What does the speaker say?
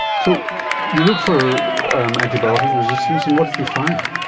so you looked for antibiotic resistance and what did you find?